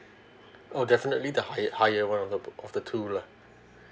oh definitely the high higher of the two lah